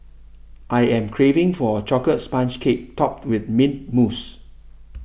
I am craving for a Chocolate Sponge Cake Topped with Mint Mousse